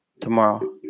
tomorrow